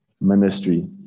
ministry